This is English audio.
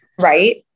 right